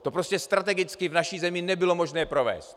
To prostě strategicky v naší zemi nebylo možné provést.